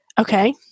okay